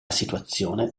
situazione